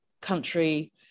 country